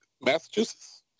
massachusetts